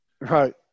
Right